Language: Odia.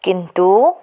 କିନ୍ତୁ